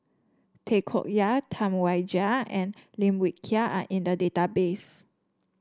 Tay Koh Yat Tam Wai Jia and Lim Wee Kiak are in the database